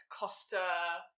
kofta